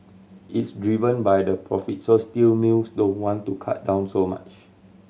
it's driven by the profit so steel mills don't want to cut down so much